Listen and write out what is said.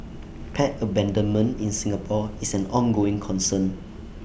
pet abandonment in Singapore is an ongoing concern